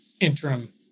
interim